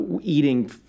eating